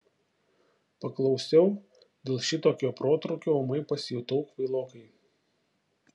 paklausiau dėl šitokio protrūkio ūmai pasijutau kvailokai